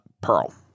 Pearl